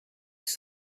have